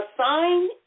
Assign